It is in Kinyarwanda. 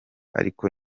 ariko